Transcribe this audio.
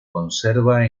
conserva